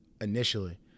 initially